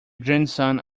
grandson